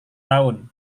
tahun